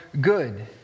good